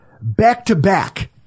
back-to-back